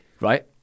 Right